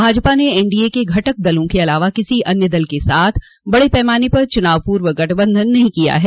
भाजपा ने एनडीए के घटक दलों के अलावा किसी अन्य दल के साथ बड़े पैमाने पर चुनाव पूर्व गठबंधन नहीं किया है